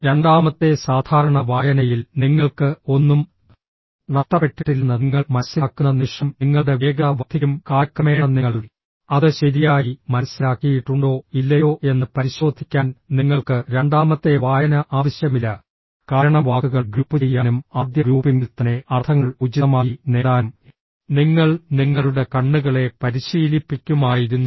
രണ്ടാമത്തെ സാധാരണ വായനയിൽ നിങ്ങൾക്ക് ഒന്നും നഷ്ടപ്പെട്ടിട്ടില്ലെന്ന് നിങ്ങൾ മനസ്സിലാക്കുന്ന നിമിഷം നിങ്ങളുടെ വേഗത വർദ്ധിക്കും കാലക്രമേണ നിങ്ങൾ അത് ശരിയായി മനസ്സിലാക്കിയിട്ടുണ്ടോ ഇല്ലയോ എന്ന് പരിശോധിക്കാൻ നിങ്ങൾക്ക് രണ്ടാമത്തെ വായന ആവശ്യമില്ല കാരണം വാക്കുകൾ ഗ്രൂപ്പുചെയ്യാനും ആദ്യ ഗ്രൂപ്പിംഗിൽ തന്നെ അർത്ഥങ്ങൾ ഉചിതമായി നേടാനും നിങ്ങൾ നിങ്ങളുടെ കണ്ണുകളെ പരിശീലിപ്പിക്കുമായിരുന്നു